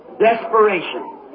desperation